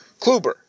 Kluber